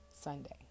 Sunday